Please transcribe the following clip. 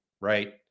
right